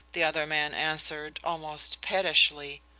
the other man answered, almost pettishly.